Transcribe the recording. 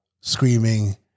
Screaming